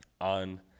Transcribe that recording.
on